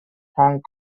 hong